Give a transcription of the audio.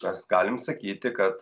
mes galim sakyti kad